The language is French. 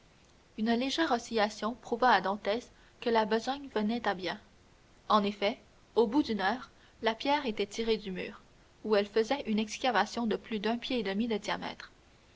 une légère oscillation prouva à dantès que la besogne venait à bien en effet au bout d'une heure la pierre était tirée du mur où elle faisait une excavation de plus d'un pied et demi de diamètre